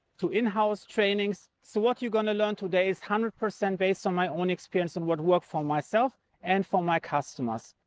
to in-house training. so what you're going to learn today is one hundred percent based on my own experience on what worked for myself and for my customers.